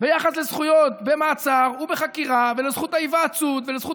ביחס לזכויות במעצר ובחקירה ולזכות ההיוועצות ולזכות